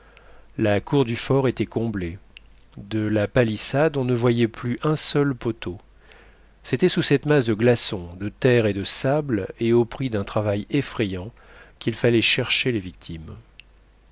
la cour du fort était comblée de la palissade on ne voyait plus un seul poteau c'était sous cette masse de glaçons de terre et de sable et au prix d'un travail effrayant qu'il fallait chercher les victimes